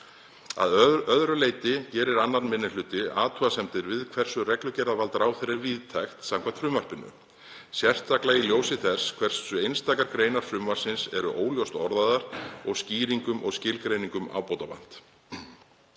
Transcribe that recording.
Að öðru leyti gerir 2. minni hluti athugasemdir við hversu reglugerðarvald ráðherra er víðtækt samkvæmt frumvarpinu, sérstaklega í ljósi þess hversu einstakar greinar frumvarpsins eru óljóst orðaðar og skýringum og skilgreiningum ábótavant.